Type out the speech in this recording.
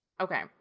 Okay